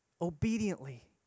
obediently